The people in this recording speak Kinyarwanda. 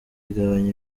igabanya